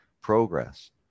progress